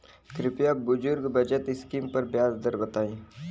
कृपया बुजुर्ग बचत स्किम पर ब्याज दर बताई